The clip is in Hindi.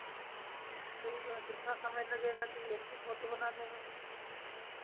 तो ई कितना समय लगेगा अकेले इतनी फोटो बनाने में